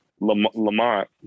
lamont